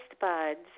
buds